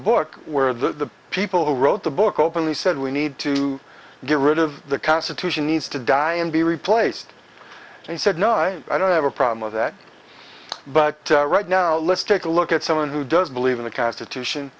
book where the people who wrote the book openly said we need to get rid of the constitution needs to die and be replaced and he said no i i don't have a problem with that but right now let's take a look at someone who doesn't believe in the constitution